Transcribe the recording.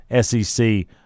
SEC